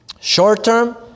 Short-term